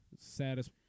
Saddest